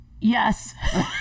Yes